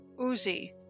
Uzi